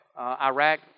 Iraq